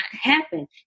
happen